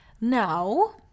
Now